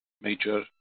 major